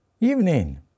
Evening